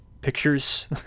pictures